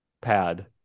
pad